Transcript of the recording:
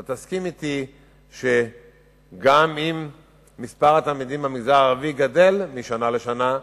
אתה תסכים אתי שגם אם מספר התלמידים במגזר הערבי גדל משנה לשנה,